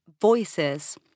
voices